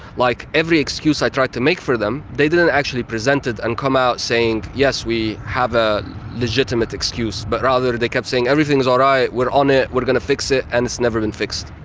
like, every excuse i tried to make for them, they didn't actually present it and come out saying yes we have a legitimate excuse but rather they kept saying everything's alright, we're on it, we're going to fix it, and it's never been fixed.